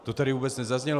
To tady vůbec nezaznělo.